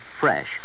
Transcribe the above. fresh